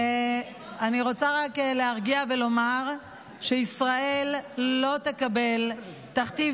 אני רוצה רק להרגיע ולומר שישראל לא תקבל תכתיב